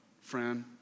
friend